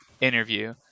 interview